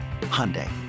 Hyundai